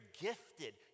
gifted